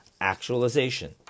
actualization